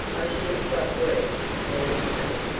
i should have stopped work before he came.